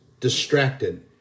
Distracted